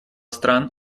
стран